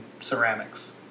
ceramics